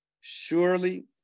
surely